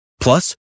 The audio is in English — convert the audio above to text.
Plus